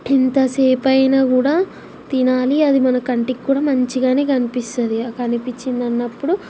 ఇంతసేపయిన కూడా తినాలి అది మన కంటికి కూడా మంచిగనే కనిపిస్తుంది కనిపిచ్చిందన్నప్పుడు